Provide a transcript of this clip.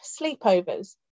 sleepovers